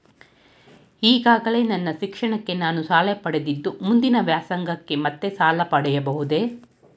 ಈಗಾಗಲೇ ನನ್ನ ಶಿಕ್ಷಣಕ್ಕೆ ನಾನು ಸಾಲ ಪಡೆದಿದ್ದು ಮುಂದಿನ ವ್ಯಾಸಂಗಕ್ಕೆ ಮತ್ತೆ ಸಾಲ ಪಡೆಯಬಹುದೇ?